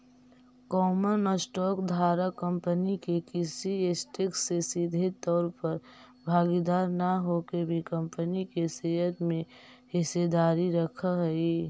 common stock धारक company के किसी ऐसेट में सीधे तौर पर भागीदार न होके भी कंपनी के शेयर में हिस्सेदारी रखऽ हइ